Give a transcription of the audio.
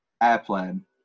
airplane